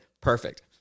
perfect